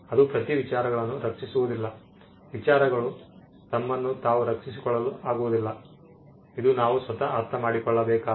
ಅದು ಪ್ರತಿ ವಿಚಾರಗಳನ್ನು ರಕ್ಷಿಸುವುದಿಲ್ಲ ವಿಚಾರಗಳು ತಮ್ಮನ್ನು ತಾವು ರಕ್ಷಿಸಿಕೊಳ್ಳಲು ಆಗುವುದಿಲ್ಲ ಇದು ನಾವು ಸ್ವತಃ ಅರ್ಥಮಾಡಿಕೊಳ್ಳಬೇಕಾಗಿದೆ